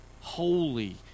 holy